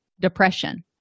depression